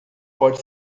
pode